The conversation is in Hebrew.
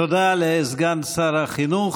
תודה לסגן שר החינוך.